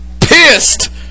pissed